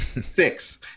six